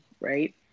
right